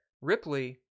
Ripley